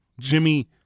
Jimmy